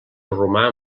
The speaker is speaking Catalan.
romà